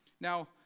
Now